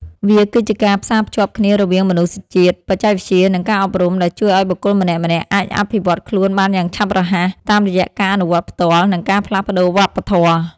វាគឺជាការផ្សារភ្ជាប់គ្នារវាងមនុស្សជាតិ បច្ចេកវិទ្យា និងការអប់រំ ដែលជួយឱ្យបុគ្គលម្នាក់ៗអាចអភិវឌ្ឍខ្លួនបានយ៉ាងឆាប់រហ័ស តាមរយៈការអនុវត្តផ្ទាល់ និងការផ្លាស់ប្តូរវប្បធម៌។